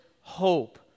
hope